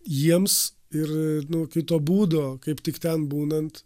jiems ir nu kito būdo kaip tik ten būnant